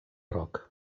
roc